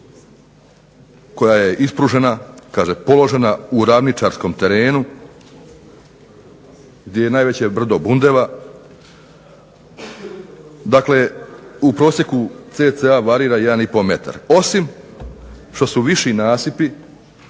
koja je ispružena, kaže položena u ravničarskom terenu gdje je najveće brdo bundeva, dakle u prosjeku cca varira 1,5m, osim što su viši nasipi